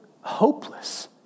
hopeless